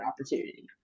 opportunity